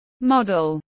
model